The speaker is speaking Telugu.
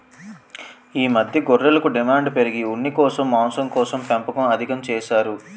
ఈ మధ్య గొర్రెలకు డిమాండు పెరిగి ఉన్నికోసం, మాంసంకోసం పెంపకం అధికం చేసారు